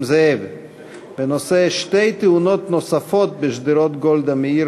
זאב בנושא: שתי תאונות נוספות ב"צומת הדמים" בשדרות גולדה מאיר